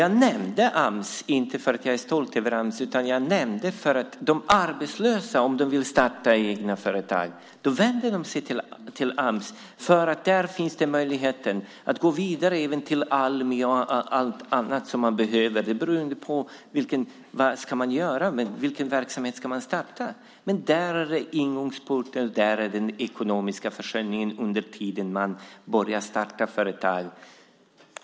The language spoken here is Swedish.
Jag nämnde inte Ams för att jag är stolt utan för att de arbetslösa som vill starta egna företag vänder sig till Ams för att det finns möjlighet att därifrån gå vidare till Almi och andra organ som man behöver beroende på vilken verksamhet man ska starta. Det är inkörsporten och den ekonomiska försörjningen under tiden man startar företag.